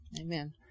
Amen